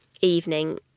evening